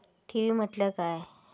ठेवी म्हटल्या काय?